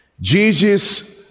Jesus